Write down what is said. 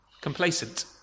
complacent